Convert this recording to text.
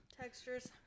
Textures